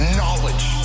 knowledge